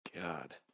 God